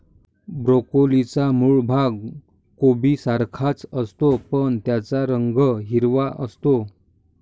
ब्रोकोलीचा मूळ भाग कोबीसारखाच असतो, पण त्याचा रंग हिरवा असतो